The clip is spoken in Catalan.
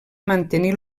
mantenir